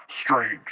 strange